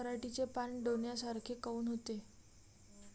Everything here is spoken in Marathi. पराटीचे पानं डोन्यासारखे काऊन होते?